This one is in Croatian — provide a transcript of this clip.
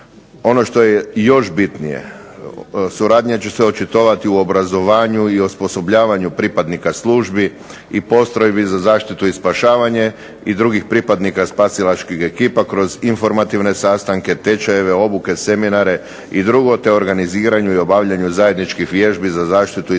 Ono što je još bitnije, suradnja će se očitovati u obrazovanju i osposobljavanju pripadnika službi, i postrojbi za zaštitu i spašavanje i drugih pripadnika spasilačkih ekipa kroz informativne sastanke, tečajeve, obuke, seminare, i drugo te organiziranju i obavljanju zajedničkih vježbi za zaštitu i spašavanje.